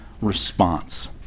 response